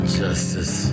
justice